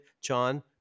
John